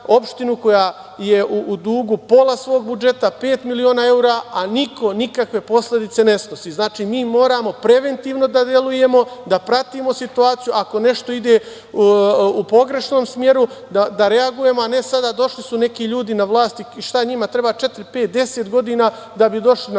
koja je u dugu pola svog budžeta, pet miliona evra, a niko nikakve posledice ne snosi. Znači, mi moramo preventivno da delujemo, da pratimo situaciju, ako nešto ide u pogrešnom smeru da reagujemo, a ne sada došli su neki ljudi na vlast i šta njima treba četiri, pet, 10 godina da bi došli na nulu,